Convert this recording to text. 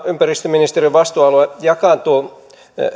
ympäristöministeriön vastuualue jakaantuu